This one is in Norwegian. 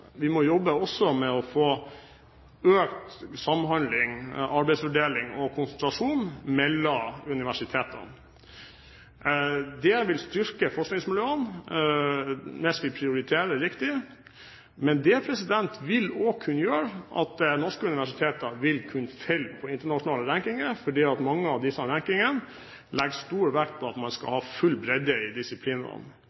vi må jobbe med å få økt samhandling, arbeidsfordeling og konsentrasjon mellom universitetene. Det vil styrke forskningsmiljøene, hvis vi prioriterer riktig, men det vil også kunne føre til at norske universiteter faller på internasjonale rankinger fordi mange av disse rankingene legger stor vekt på at man skal